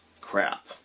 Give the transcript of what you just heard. crap